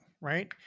right